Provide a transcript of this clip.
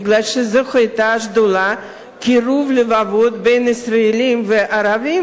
כיוון שזו היתה שדולה לקירוב לבבות בין ישראלים וערבים,